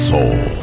Soul